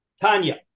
Tanya